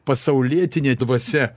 pasaulietinė dvasia